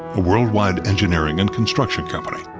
a world-wide engineering and construction company.